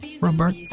Robert